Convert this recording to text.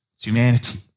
humanity